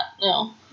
No